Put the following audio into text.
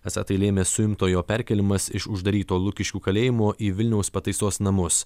esą tai lėmė suimtojo perkėlimas iš uždaryto lukiškių kalėjimo į vilniaus pataisos namus